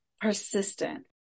persistent